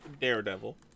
Daredevil